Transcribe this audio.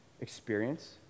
experience